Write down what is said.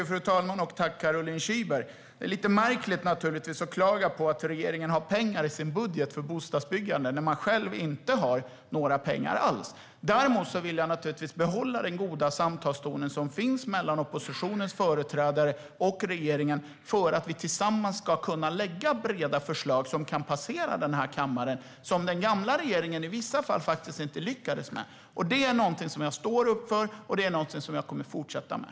Fru talman! Det är lite märkligt att klaga på att regeringen har pengar i sin budget för bostadsbyggande när man själv inte har några pengar alls. Däremot vill jag naturligtvis behålla den goda samtalstonen som finns mellan oppositionens företrädare och regeringen för att vi tillsammans ska kunna lägga fram breda förslag som kan passera kammaren, som den gamla regeringen i vissa fall inte lyckades med. Det är något jag står upp för och som jag kommer att fortsätta med.